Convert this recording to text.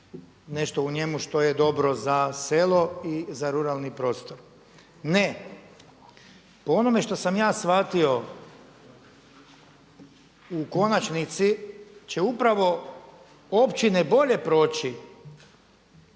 nešto u njemu što je dobro za selo i za ruralni prostor. Ne, po onome što sam ja shvatio u konačnici će upravo općine bolje proći